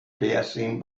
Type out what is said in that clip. passing